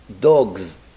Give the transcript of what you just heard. dogs